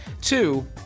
two